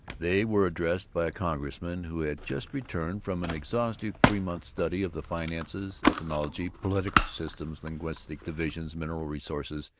they were addressed by a congressman who had just returned from an exhaustive three-months study of the finances, ethnology, political systems, linguistic divisions, mineral resources,